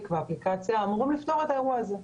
והאפליקציה אמורים לפתור את האירוע הזה.